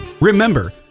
Remember